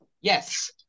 yes